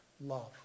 love